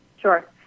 Sure